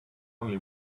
only